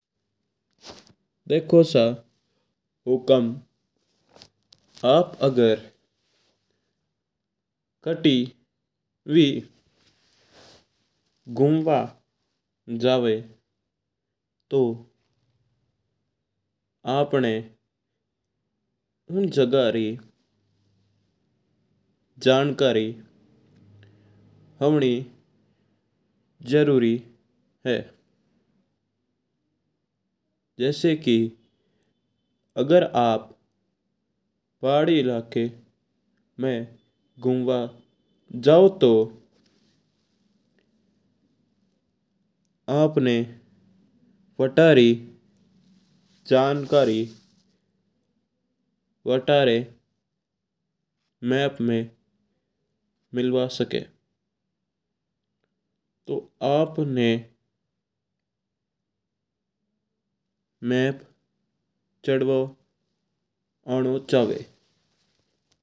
देखो सा हुकम आप अगर करति भी घुंबा जावो ता तो आपणा उन जगह री जानकारी हुंवणी जरुरी है। जैसी कि अगर आप पहाड़ी इलाका में घुंबा जाओ ता तो आपणा वता री जानकारी वता री मानचित्र में मिल सके। आपणा मानचित्र चलाबो आवणो चाव।